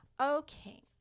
Okay